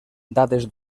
dades